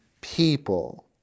people